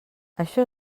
això